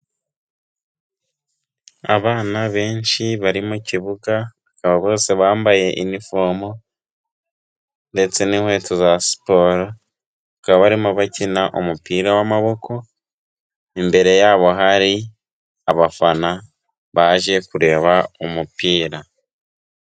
Abana benshi bari mu kibuga, bakaba bose bambaye inifomo ndetse n'inkweto za siporo, bakaba barimo bakina umupira w'amaboko, imbere yabo hari abafana baje kureba umupira.